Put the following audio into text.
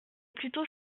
plutôt